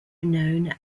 known